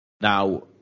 Now